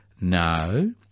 No